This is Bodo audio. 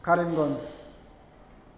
करिमगन्ज